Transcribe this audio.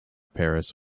paris